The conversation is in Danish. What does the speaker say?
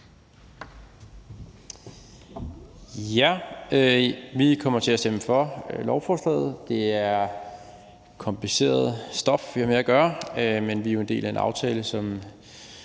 Vi kommer til at stemme for lovforslaget. Det er kompliceret stof, vi har med at gøre, men Konservative er en del af en aftale, som